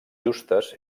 justes